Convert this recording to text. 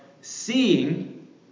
seeing